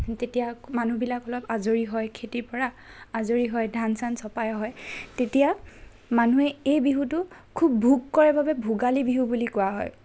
তেতিয়া মানুহবিলাক অলপ আজৰি হয় খেতিৰ পৰা আজৰি হয় ধান চান চপাই হয় তেতিয়া মানুহে এই বিহুটো খুব ভোগ কৰে বাবে ভোগালী বিহু বুলি কোৱা হয়